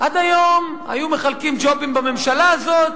עד היום היו מחלקים ג'ובים בממשלה הזאת,